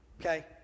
Okay